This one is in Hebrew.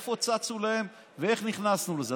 מאיפה הן צצו להן ואיך נכנסנו לזה.